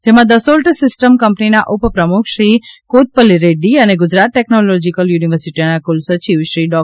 જેમાં Dassault system કંપનીના ઉપ પ્રમુખ શ્રી કોથપલે રેક્રી અને ગુજરાત ટેકનોલોજીકલ યુનીવર્સીટીના કુલસચિવ શ્રી ડૉ